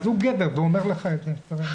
אז הוא גבר והוא אומר לך את זה.